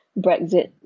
Brexit